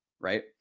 right